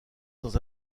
dans